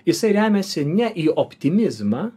jisai remiasi ne į optimizmą